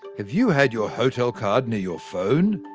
have you had your hotel card near your phone?